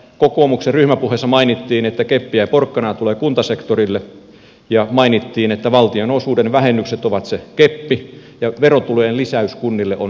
kokoomuksen ryhmäpuheessa mainittiin että keppiä ja porkkanaa tulee kuntasektorille ja mainittiin että valtionosuuden vähennykset ovat se keppi ja verotulojen lisäys kunnille on se porkkana